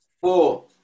Four